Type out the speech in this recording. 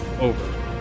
over